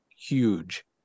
huge